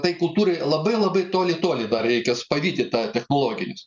tai kultūrai labai labai toli toli dar reikės pavyti tą technologinius